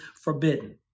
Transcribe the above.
forbidden